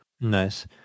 Nice